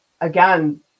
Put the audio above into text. again